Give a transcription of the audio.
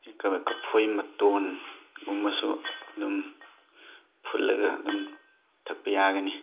ꯀꯝꯐꯣꯏ ꯃꯇꯣꯟꯒꯨꯝꯕꯁꯨ ꯑꯨꯗꯝ ꯐꯨꯠꯂꯒ ꯑꯗꯨꯝ ꯊꯛꯄ ꯌꯥꯒꯅꯤ